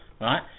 right